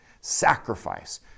Sacrifice